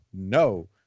no